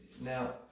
Now